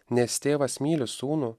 nes tėvas myli sūnų